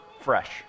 fresh